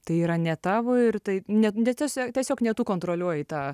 tai yra ne tavo ir tai ne ne tiesiog ne tu kontroliuoji tą